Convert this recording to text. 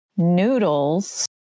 noodles